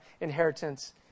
inheritance